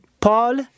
Paul